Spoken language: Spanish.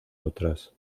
otras